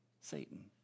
Satan